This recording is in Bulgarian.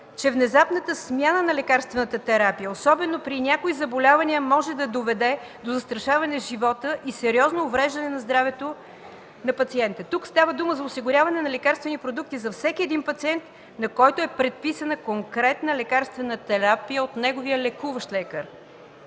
че внезапната смяна на лекарствената терапия, особено при някои заболявания, може да доведе до застрашаване на живота и сериозно увреждане на здравето на пациентите. Тук става дума за осигуряване на лекарствени продукти за всеки един пациент, на който е предписана конкретна лекарствена терапия от неговия лекуващ лекар.